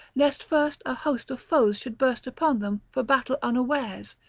lest first a host of foes should burst upon them for battle unawares,